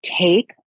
take